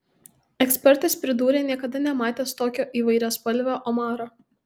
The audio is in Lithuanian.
ekspertas pridūrė niekada nematęs tokio įvairiaspalvio omaro